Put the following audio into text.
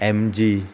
MG